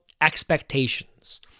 expectations